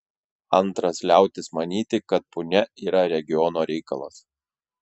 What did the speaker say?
antras liautis manyti kad punia yra regiono reikalas